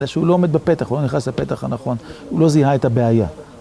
שהוא לא עומד בפתח, הוא לא נכנס לפתח הנכון, הוא לא זיהה את הבעיה